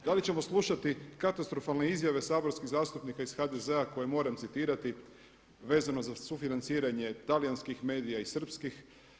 Da li ćemo slušati katastrofalne izjave saborskih zastupnika iz HDZ-a koje moram citirati vezano za sufinanciranje talijanskih medija i srpskih.